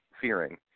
fearing